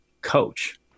coach